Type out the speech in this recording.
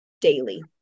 daily